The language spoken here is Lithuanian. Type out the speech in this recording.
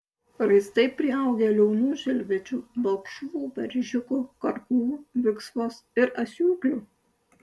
raistai priaugę liaunų žilvičių balkšvų beržiukų karklų viksvos ir asiūklių